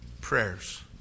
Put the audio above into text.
prayers